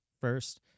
first